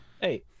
Hey